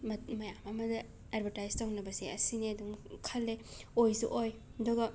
ꯃ ꯃꯌꯥꯝ ꯑꯃꯗ ꯑꯦꯗꯕꯔꯇꯥꯏꯁ ꯇꯧꯅꯕꯁꯦ ꯑꯁꯤꯅꯦ ꯑꯗꯨꯝ ꯈꯜꯂꯦ ꯑꯣꯏꯁꯨ ꯑꯣꯏ ꯑꯗꯨꯒ